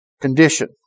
condition